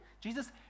Jesus